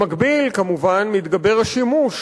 במקביל, כמובן, מתגבר השימוש